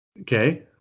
Okay